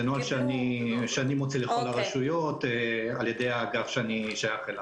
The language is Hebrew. זה נוהל שאני מוציא לכל הרשויות על ידי האגף שאני שייך אליו.